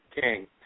King